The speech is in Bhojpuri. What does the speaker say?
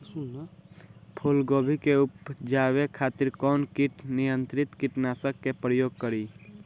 फुलगोबि के उपजावे खातिर कौन कीट नियंत्री कीटनाशक के प्रयोग करी?